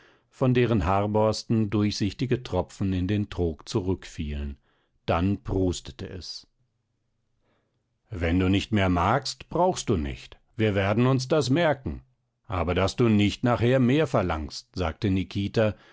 von deren haarborsten durchsichtige tropfen in den trog zurückfielen dann prustete es wenn du nicht mehr magst brauchst du nicht wir werden uns das merken aber daß du nicht nachher mehr verlangst sagte nikita